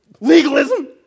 Legalism